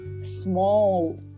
small